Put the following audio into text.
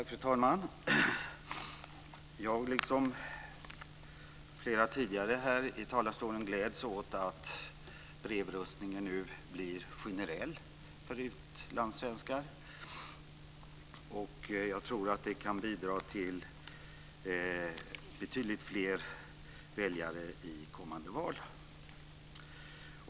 Fru talman! Jag, liksom flera tidigare talare här i talarstolen, gläds åt att brevröstningen nu blir generell för utlandssvenskar. Jag tror att det kan bidra till betydligt fler väljare i kommande val.